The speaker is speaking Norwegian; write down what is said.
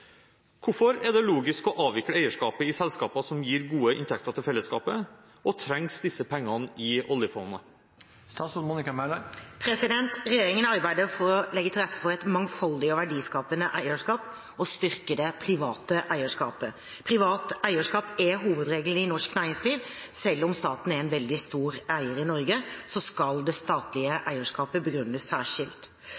Hvorfor er det logisk å avvikle eierskapet i selskaper som gir gode inntekter til fellesskapet, og trengs disse pengene i oljefondet?» Regjeringen arbeider for å legge til rette for et mangfoldig og verdiskapende eierskap og styrke det private eierskapet. Privat eierskap er hovedregelen i norsk næringsliv. Selv om staten er en veldig stor eier i Norge, skal det statlige